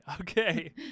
Okay